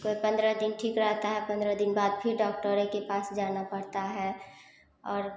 कोई पन्द्रह दिन ठीक रहता है पन्द्रह दिन बाद फिर डॉक्टर ही के पास जाना पड़ता है और